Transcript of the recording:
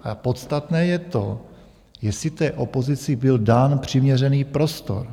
Ale podstatné je to, jestli té opozici byl dán přiměřený prostor.